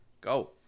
Go